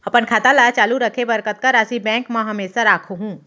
अपन खाता ल चालू रखे बर कतका राशि बैंक म हमेशा राखहूँ?